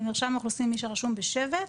במרשם האוכלוסין מי שרשום זה שבט